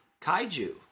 kaiju